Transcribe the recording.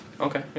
Okay